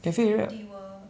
cafe area